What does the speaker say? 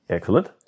Excellent